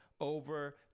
over